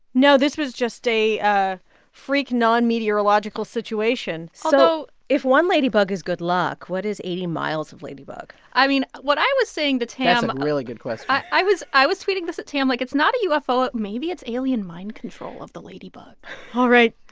no, this was just a freak non-meteorological situation so if one ladybug is good luck, what is eighty miles of ladybug? i mean, what i was saying to tam. that's a really good question i was i was tweeting this at tam like, it's not a ufo. ah maybe it's alien mind control of the ladybug all right,